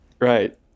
right